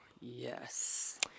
Yes